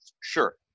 sure